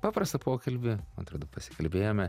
paprastą pokalbį atrodo pasikalbėjome